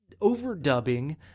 overdubbing